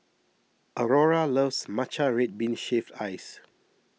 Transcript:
Aurora loves Matcha Red Bean Shaved Ice